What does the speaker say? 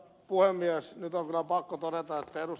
nyt on kyllä pakko todeta että ed